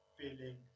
feeling